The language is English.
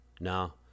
No